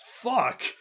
fuck